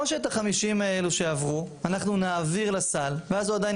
או שאת ה-50 האלה שעברו אנחנו נעביר לסל ואז הוא עדיין